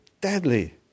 deadly